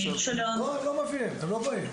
הם לא באים.